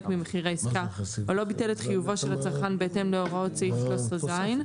ממחיר העסקה או לא ביטל את חיובו של הצרכן בהתאם להוראות סעיף 13ז,